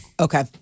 Okay